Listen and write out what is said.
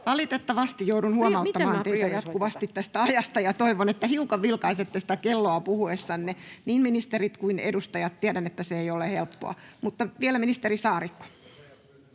Valitettavasti joudun huomauttamaan teitä jatkuvasti tästä ajasta, ja toivon, että hiukan vilkaisette sitä kelloa puhuessanne, niin ministerit kuin edustajat. Tiedän, että se ei ole helppoa. — Mutta vielä ministeri Saarikko.